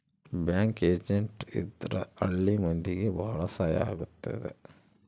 bank agent ಇದ್ರ ಹಳ್ಳಿ ಮಂದಿಗೆ ಭಾಳ ಸಹಾಯ ಆಗುತ್ತೆ